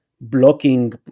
blocking